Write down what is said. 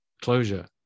closure